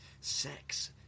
Sex